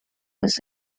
was